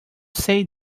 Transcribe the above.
say